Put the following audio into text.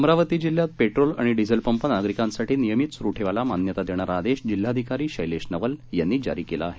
अमरावती जिल्ह्यात पेट्रोल आणि diesel pump नागरिकांसाठी नियमित सुरू ठेवायला मान्यता देणारा आदेश जिल्हाधिकारी शैलेश नवल यांनी जारी केला आहे